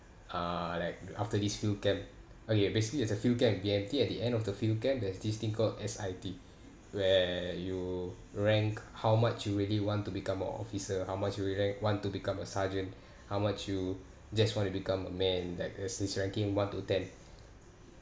uh like after this field camp okay basically there's a few camp in B_M_T at the end of the field camp there's this thing called S_I_D where you rank how much you really want to become a officer how much you really want to become a sergeant how much you just want to become a man like there's this ranking one to ten